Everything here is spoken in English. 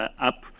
up